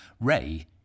Ray